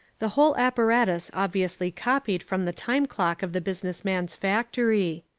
the whole apparatus obviously copied from the time-clock of the business man's factory.